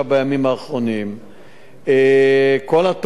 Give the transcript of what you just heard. עכשיו, בימים האחרונים.